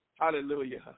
Hallelujah